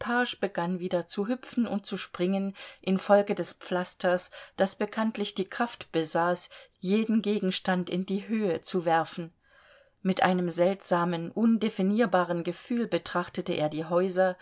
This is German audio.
begann wieder zu hüpfen und zu springen infolge des pflasters das bekanntlich die kraft besaß jeden gegenstand in die höhe zu werfen mit einem seltsamen undefinierbaren gefühl betrachtete er die häuser